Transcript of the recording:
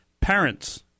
Parents